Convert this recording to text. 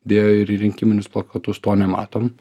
dėjo ir į rinkiminius plakatus to nematom